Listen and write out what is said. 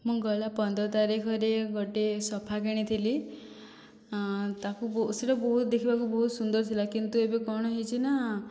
ମୁଁ ଗଲା ପନ୍ଦର ତାରିଖରେ ଗୋଟିଏ ସୋଫା କିଣିଥିଲି ତାକୁ ସେଇଟା ଦେଖିବାକୁ ବହୁତ ସୁନ୍ଦର ଥିଲା କିନ୍ତୁ ଏବେ କ'ଣ ହୋଇଛି ନା